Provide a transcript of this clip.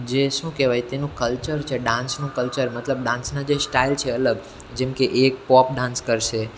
જે શું કહેવાય તેનું કલ્ચર છે ડાન્સનું કલ્ચર મતલબ ડાન્સના જે સ્ટાઈલ છે અલગ જેમ કે એક પોપ ડાન્સ કરશે